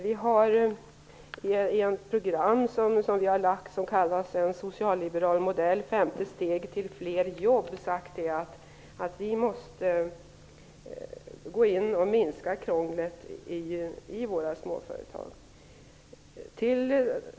Vi har i ett program som vi har kallat En socialliberal modell, 50 steg till fler jobb, sagt att man måste minska krånglet i våra småföretag.